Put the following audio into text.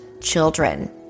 children